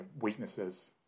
weaknesses